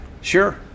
Sure